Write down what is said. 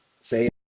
say